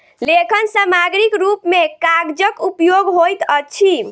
लेखन सामग्रीक रूप मे कागजक उपयोग होइत अछि